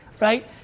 right